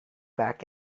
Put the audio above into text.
back